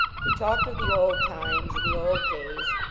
he talked of the old times and the old days,